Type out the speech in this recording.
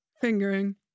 Fingering